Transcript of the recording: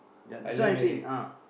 ya that's why I'm saying ah